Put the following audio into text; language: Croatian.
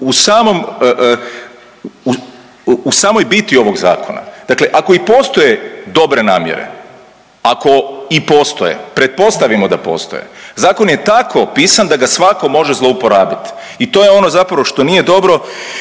u samoj biti ovog zakona. Dakle, ako i postoje dobre namjere, ako i postoje, pretpostavimo da postoje, zakon je tako opisan da ga svako može zlouporabiti i to je ono zapravo što nije dobro